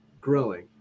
growing